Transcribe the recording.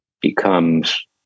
becomes